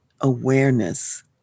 awareness